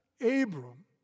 Abram